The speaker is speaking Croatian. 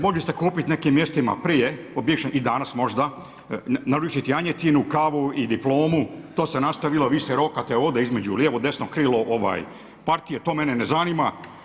Mogli ste kupiti na nekim mjestima, prije i danas, možda, naručiti janjetinu, kavu i diplomu, to se nastavilo, vi rokate ovdje između lijevo, desno krilo partije, to mene ne zanima.